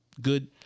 good